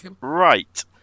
Right